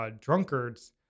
drunkards